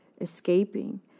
escaping